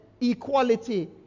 equality